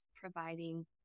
providing